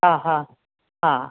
हा हा हा